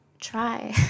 try